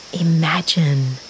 Imagine